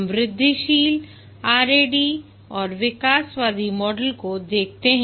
हम वृद्धिशील RAD और विकासवादी मॉडल को देखते हैं